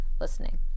listening